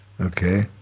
Okay